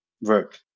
work